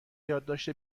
یادداشت